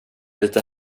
lite